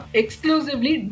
exclusively